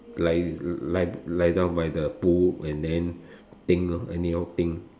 lie lie lie down by the pool and then think anyhow think